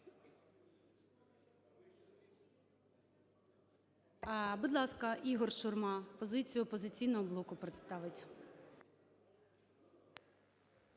Будь ласка, Ігор Шурма позицію "Опозиційного блоку" представить.